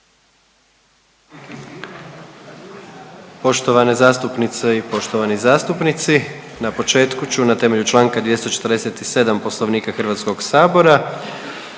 Poštovane zastupnice i poštovani zastupnici. Na početku ću na temelju čl. 247. Poslovnika HS-a